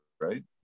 right